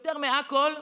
יותר מהכול,